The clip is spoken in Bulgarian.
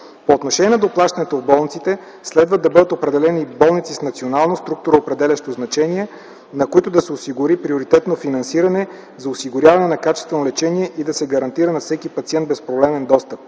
По отношение на доплащането в болниците следва да бъдат определени болници с национално структуроопределящо значение, на които да се осигури приоритетно финансиране за осигуряване на качествено лечение и да се гарантира на всеки пациент безпроблемен достъп.